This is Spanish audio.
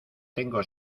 tengo